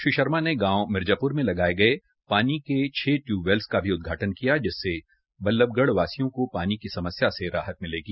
श्री शर्मा ने मिर्जाप्र में लगाये गये पानी छ ट्यूववेलस का भी उदघाटन् किया जिससे बल्लभगढ़ वासियों को पानी की समस्या से राहत मिलेगी